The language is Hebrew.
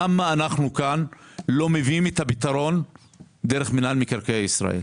למה אנחנו כאן לא מביאים את הפתרון דרך מינהל מקרקעי ישראל?